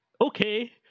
okay